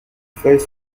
feuilles